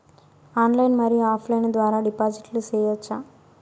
Online మరియు offline ద్వారా డిపాజిట్లు సేయొచ్చా?